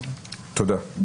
תודה.